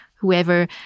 whoever